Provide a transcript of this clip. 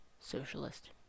Socialist